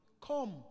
come